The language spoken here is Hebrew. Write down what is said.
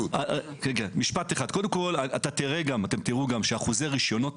משפט אחד: קודם כול, אתם גם תראו שאחוזי רישיונות